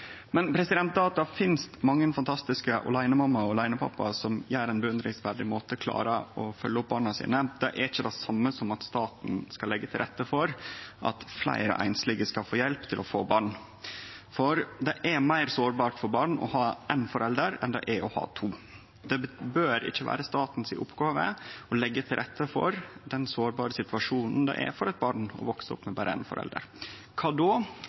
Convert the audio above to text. Men det at det finst mange fantastiske aleinemammaer og aleinepappaer som på ein beundringsverdig måte klarer å følgje opp barna sine, er ikkje det same som at staten skal leggje til rette for at fleire einslege skal få hjelp til å få barn. For det er meir sårbart for barn å ha éin forelder enn det er å ha to. Det bør ikkje vere oppgåva til staten å leggje til rette for den sårbare situasjonen det er for eit barn å vekse opp med berre éin forelder. Kva då,